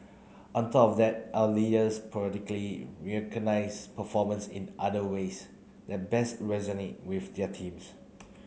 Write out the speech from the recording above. on top of that our leaders periodically recognise performance in other ways that best resonate with their teams